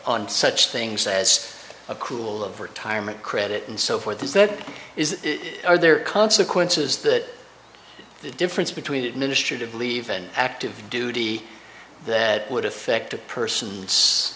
on such things as a cool of retirement credit and so forth is that is are there consequences that the difference between administrative leave and active duty that would affect a person's